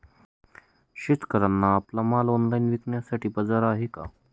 शेतकऱ्यांना आपला माल ऑनलाइन विकण्यासाठी बाजार आहे का?